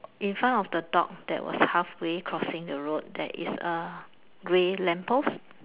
in front of the dog that was half way crossing the road there is a grey lamp post